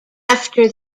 after